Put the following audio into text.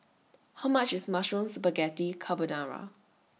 How much IS Mushroom Spaghetti Carbonara